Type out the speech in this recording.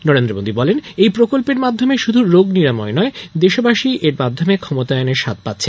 নরেন্দ্র মোদী বলেন এই প্রকল্পের মাধ্যমে শুধু রোগ নিরাময় নয় দেশবাসী এর মাধ্যমে ক্ষমতায়নের স্বাদ পাচ্ছেন